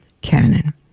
canon